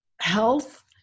health